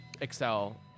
excel